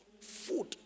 Food